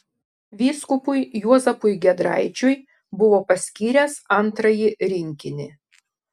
vyskupui juozapui giedraičiui buvo paskyręs antrąjį rinkinį